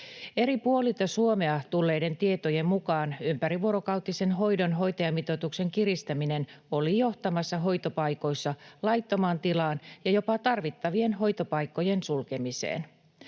Eri puolilta Suomea tulleiden tietojen mukaan ympärivuorokautisen hoidon hoitajamitoituksen kiristäminen oli johtamassa hoitopaikoissa laittomaan tilaan ja jopa tarvittavien hoitopaikkojen sulkemiseen.